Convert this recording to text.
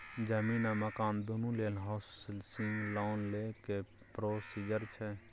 जमीन आ मकान दुनू लेल हॉउसिंग लोन लै के की प्रोसीजर छै?